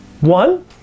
One